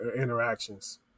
interactions